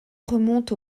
remonte